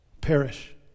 Perish